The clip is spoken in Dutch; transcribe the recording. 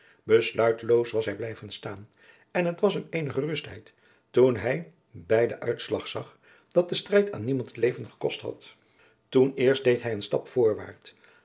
besluiteloos was hij blijven staan en het was hem eene gerustheid toen hij bij den uitslag zag dat de strijd aan niemand het leven gekost had toen eerst deed hij een stap voorwaart